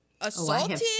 assaulted